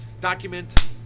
document